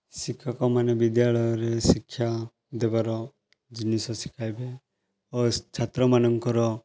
ଶିକ୍ଷକମାନେ ବିଦ୍ୟାଳୟରେ ଶିକ୍ଷା ଦେବାର ଜିନିଷ ଶିଖାଇବେ ଓ ଛାତ୍ରମାନଙ୍କର